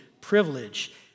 privilege